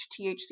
THC